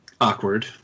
awkward